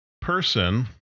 person